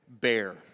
bear